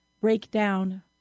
breakdown